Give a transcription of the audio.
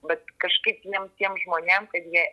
bet kažkaip jiem tiem žmonėm kad jie